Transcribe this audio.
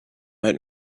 out